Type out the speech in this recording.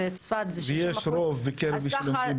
צפת זה 60%. ויש רוב בקרב מי שלומדים בחו"ל.